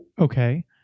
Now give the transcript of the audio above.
Okay